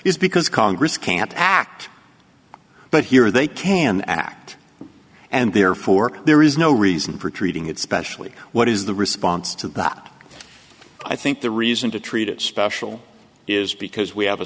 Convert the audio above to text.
is because congress can't act but here they can act and therefore there is no reason for treating it specially what is the response to that i think the reason to treat it special is because we have a